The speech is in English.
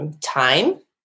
time